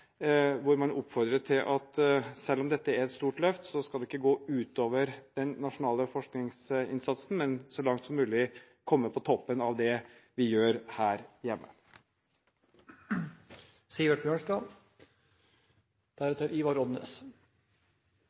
hvor man oppfordrer til at selv om dette er et stort løft, skal det ikke gå ut over den nasjonale forskningsinnsatsen, men så langt som mulig komme på toppen av det vi gjør her hjemme.